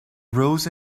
rows